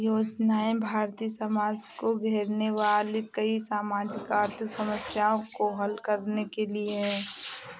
योजनाएं भारतीय समाज को घेरने वाली कई सामाजिक आर्थिक समस्याओं को हल करने के लिए है